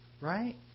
right